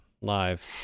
live